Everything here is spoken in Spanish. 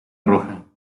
roja